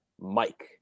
Mike